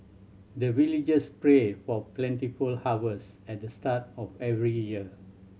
the villagers pray for plentiful harvest at the start of every year